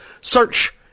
Search